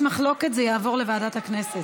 היות שיש מחלוקת, זה יעבור לוועדת הכנסת.